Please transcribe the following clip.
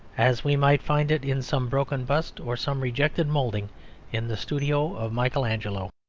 as we might find it in some broken bust or some rejected moulding in the studio of michael angelo.